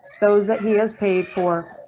those that he is paid for.